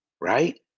right